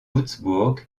wurtzbourg